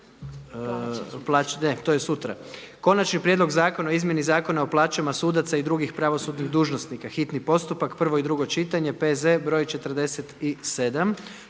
Slijedeći je konačni prijedlog Zakona o izmjeni Zakona o plaćama sudaca i drugih pravosudnih dužnosnika, hitni postupak, prvo i drugo čitanje, P.Z.BR.47.